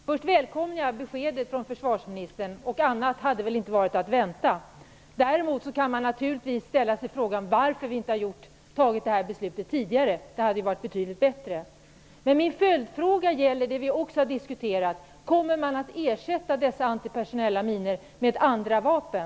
Herr talman! Först välkomnar jag beskedet från försvarsministern. Något annat än detta besked hade väl inte varit att vänta. Däremot kan man naturligtvis ställa sig frågan varför inte detta beslut har fattats tidigare. Det hade ju varit betydligt bättre. Min följdfråga gäller något som vi också har diskuterat. Kommer man att ersätta dessa antipersonella minor med andra vapen?